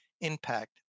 impact